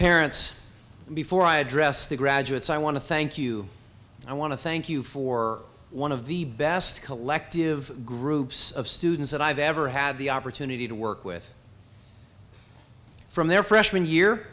parents before i address the graduates i want to thank you i want to thank you for one of the best collective groups of students that i've ever had the opportunity to work with from their freshman year